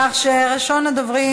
ראשון הדוברים,